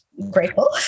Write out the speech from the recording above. Grateful